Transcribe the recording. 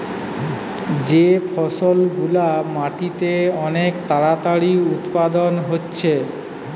যে ফসল গুলা মাটিতে অনেক তাড়াতাড়ি উৎপাদন হচ্ছে